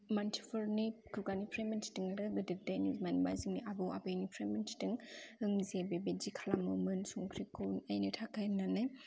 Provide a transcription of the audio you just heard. मानसिफोरनि खुगानिफ्राय मिन्थिदों आरो गोदो गोदायनि मानोना जोंनि आबै आबौनिफ्राय मिन्थिदों जे बेबायदि खालामोमोन संख्रिखौ नायनो थाखाय होननानै